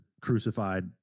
crucified